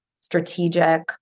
strategic